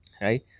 right